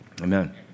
amen